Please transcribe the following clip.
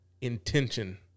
intention